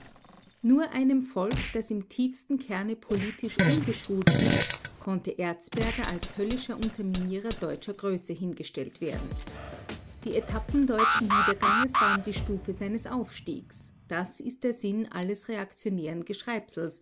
nur einem volk das im tiefsten kerne politisch ungeschult ist konnte erzberger als höllischer unterminierer deutscher größe hingestellt werden die etappen deutschen niederganges waren die stufe seines aufstieges das ist der sinn alles reaktionären geschreibsels